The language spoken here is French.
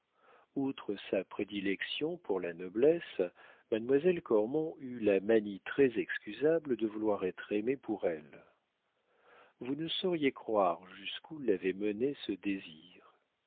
outre sa prédilection pour la noblesse mademoiselle cormon eut la manie très excusable de vouloir être aimée pour elle vous ne sauriez croire jusqu'où l'avait menée ce désir